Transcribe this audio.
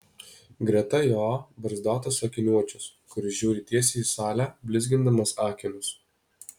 greta jo barzdotas akiniuočius kuris žiūri tiesiai į salę blizgindamas akinius